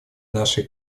нашей